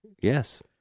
Yes